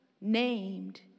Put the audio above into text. named